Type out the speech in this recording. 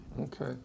okay